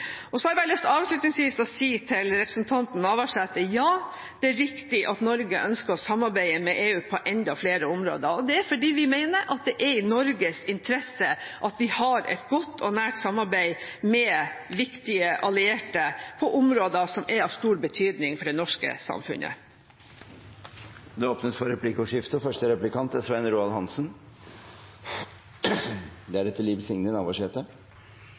har avslutningsvis bare lyst til å si til representanten Navarsete: Ja, det er riktig at Norge ønsker å samarbeide med EU på enda flere områder, og det er fordi vi mener at det er i Norges interesse at vi har et godt og nært samarbeid med viktige allierte på områder som er av stor betydning for det norske samfunnet. Det blir replikkordskifte.